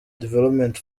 development